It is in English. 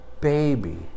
baby